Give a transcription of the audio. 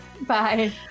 Bye